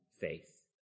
faith